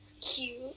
cute